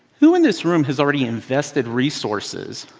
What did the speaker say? who in this room has already invested resources,